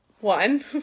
one